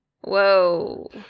Whoa